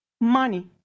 money